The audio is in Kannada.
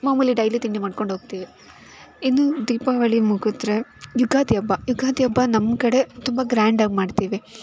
ಮಾಮೂಲಿ ಡೈಲಿ ತಿಂಡಿ ಮಾಡ್ಕೊಂಡು ಹೋಗ್ತೀವಿ ಇನ್ನು ದೀಪಾವಳಿ ಮುಗಿದ್ರೆ ಯುಗಾದಿ ಹಬ್ಬ ಯುಗಾದಿ ಹಬ್ಬ ನಮ್ಮ ಕಡೆ ತುಂಬ ಗ್ರ್ಯಾಂಡ್ ಆಗಿ ಮಾಡ್ತೀವಿ